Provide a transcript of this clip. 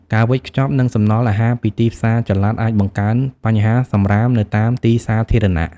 ការវេចខ្ចប់ និងសំណល់អាហារពីទីផ្សារចល័ត អាចបង្កើនបញ្ហាសំរាមនៅតាមទីសាធារណៈ។